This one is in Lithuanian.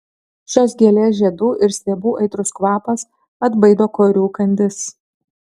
šios gėlės žiedų ir stiebų aitrus kvapas atbaido korių kandis